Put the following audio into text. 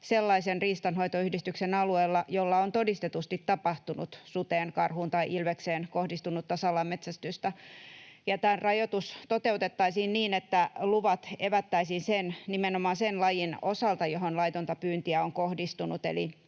sellaisen riistanhoitoyhdistyksen alueella, jolla on todistetusti tapahtunut suteen, karhuun tai ilvekseen kohdistunutta salametsästystä. Tämä rajoitus toteutettaisiin niin, että luvat evättäisiin nimenomaan sen lajin osalta, johon laitonta pyyntiä on kohdistunut,